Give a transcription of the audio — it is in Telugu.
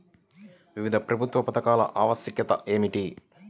వివిధ ప్రభుత్వ పథకాల ఆవశ్యకత ఏమిటీ?